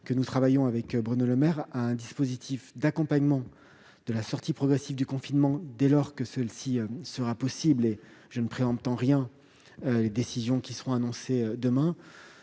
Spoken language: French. moi-même travaillons également sur un dispositif d'accompagnement de la sortie progressive du confinement, dès lors que celle-ci sera possible- je ne préjuge en rien des décisions qui seront annoncées demain.